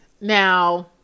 Now